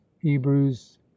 hebrews